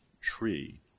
tree